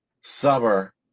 summer